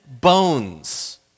bones